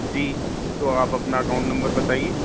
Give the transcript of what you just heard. جی تو آپ اپنا اکاؤنٹ نمبر بتائیے